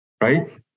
right